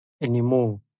anymore